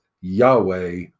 Yahweh